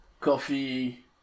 coffee